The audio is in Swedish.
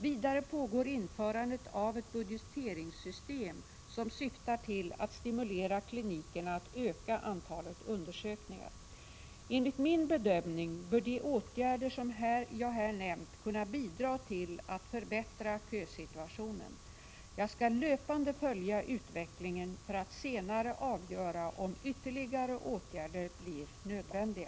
Vidare pågår införandet av ett budgeteringssystem som syftar till att stimulera klinikerna att öka antalet undersökningar. Enligt min bedömning bör de åtgärder jag här nämnt kunna bidra till att förbättra kösituationen. Jag skall löpande följa utvecklingen för att senare avgöra om ytterligare åtgärder blir nödvändiga.